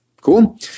Cool